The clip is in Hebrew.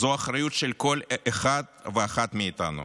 זאת אחריות של כל אחד ואחת מאיתנו